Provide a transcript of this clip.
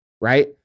Right